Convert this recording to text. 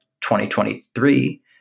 2023